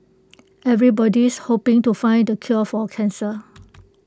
everybody's hoping to find the cure for cancer